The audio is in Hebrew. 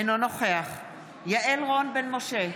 אינו נוכח יעל רון בן משה,